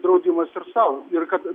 draudimas ir sau ir kad